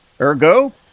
Ergo